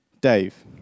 Dave